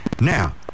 Now